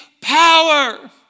power